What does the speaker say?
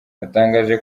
yatangaje